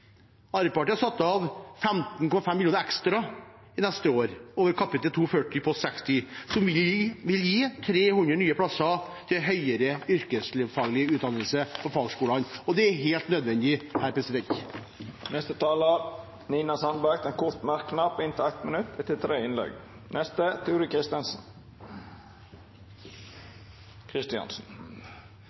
Arbeiderpartiet har satt av 15,5 mill. kr ekstra neste år, over kap. 240 post 60, som vil gi 300 nye plasser til høyere yrkesfaglig utdannelse i fagskolene. Det er helt nødvendig. Representanten Nina Sandberg har hatt ordet to gonger tidlegare og får ordet til ein kort merknad, avgrensa til 1 minutt.